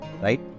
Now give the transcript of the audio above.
right